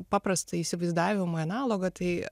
paprastą įsivaizdavimą analogą tai